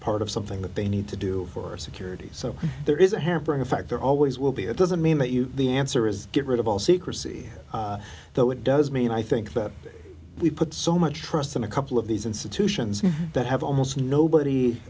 part of something that they need to do for security so there is a hampering effect there always will be it doesn't mean that you the answer is get rid of all secrecy though it does mean i think that we put so much trust in a couple of these institutions that have almost nobody